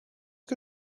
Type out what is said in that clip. que